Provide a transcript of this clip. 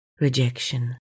rejection